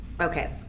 Okay